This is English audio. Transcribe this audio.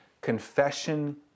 Confession